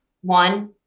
One